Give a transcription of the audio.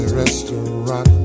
restaurant